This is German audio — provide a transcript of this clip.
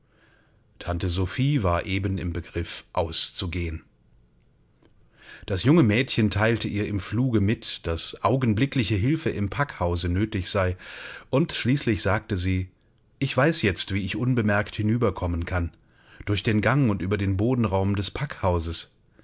tante sophie war eben im begriff auszugehen das junge mädchen teilte ihr im fluge mit daß augenblickliche hilfe im packhause nötig sei und schließlich sagte sie ich weiß jetzt wie ich unbemerkt hinüber kommen kann durch den gang und über den bodenraum des packhauses